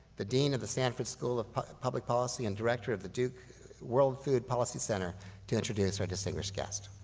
the dean of the sanford school of public policy and director of the duke world food policy center to introduce our distinguished guest.